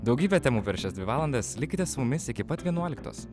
daugybę temų per šias dvi valandas likite su mumis iki pat vienuoliktos